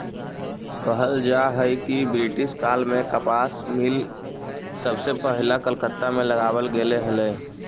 कहल जा हई कि ब्रिटिश काल में कपास मिल सबसे पहिला कलकत्ता में लगावल गेले हलई